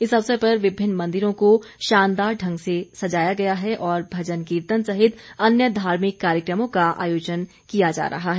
इस अवसर पर विभिन्न मंदिरों को शानदार ढंग से सजाया गया है और भजन कीर्तन सहित अन्य धार्मिक कार्यक्रमों का आयोजन किया जा रहा है